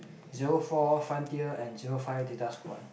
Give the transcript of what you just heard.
zero four Frontier and zero five Data Squad